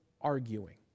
arguing